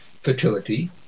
fertility